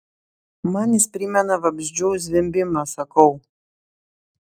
man jis primena vabzdžių zvimbimą sakau